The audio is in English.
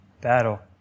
battle